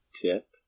tip